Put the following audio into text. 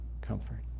comfort